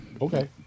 Okay